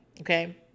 okay